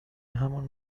همون